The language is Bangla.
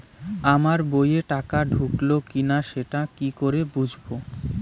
আমার বইয়ে টাকা ঢুকলো কি না সেটা কি করে বুঝবো?